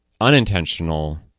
unintentional